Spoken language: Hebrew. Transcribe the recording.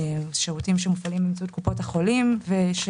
שירותים שמופעלים באמצעות קופות החולים ויש